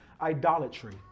idolatry